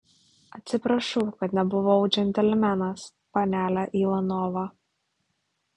atsiprašau kad nebuvau džentelmenas panele ivanova